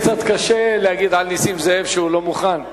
זה קצת קשה להגיד על נסים זאב שהוא לא מוכן.